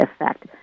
effect